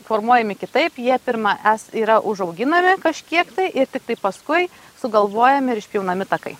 formuojami kitaip jie pirma es yra užauginami kažkiek tai ir tiktai paskui sugalvojami ir išpjaunami takai